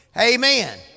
Amen